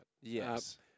Yes